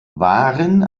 waren